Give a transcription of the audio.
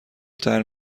طرح